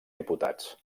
diputats